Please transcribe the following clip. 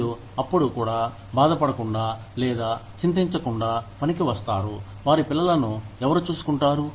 మరియు అప్పుడు కూడా బాధపడకుండా లేదా చింతించకుండా పనికి వస్తారు వారి పిల్లలను ఎవరు చూసుకుంటారు